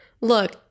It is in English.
Look